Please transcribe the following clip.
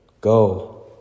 go